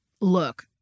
Look